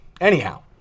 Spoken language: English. Anyhow